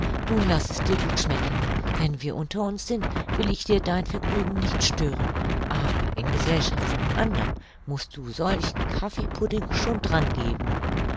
nun laß es dir gut schmecken wenn wir unter uns sind will ich dir dein vergnügen nicht stören aber in gesellschaft von andern mußt du solchen kaffeepudding schon dran geben